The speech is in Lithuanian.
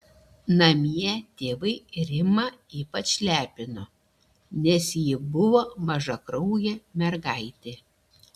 namie tėvai rimą ypač lepino nes ji buvo mažakraujė mergaitė